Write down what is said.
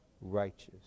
righteous